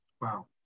Wow